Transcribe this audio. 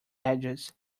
edges